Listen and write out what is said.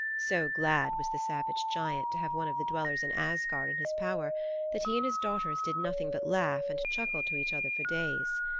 so glad was the savage giant to have one of the dwellers in asgard in his power that he and his daughters did nothing but laugh and chuckle to each other for days.